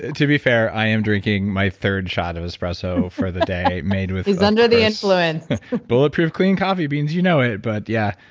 to be fair, i am drinking my third shot of espresso for the day made with he's under the influence bulletproof clean coffee beans, you know it. but yeah,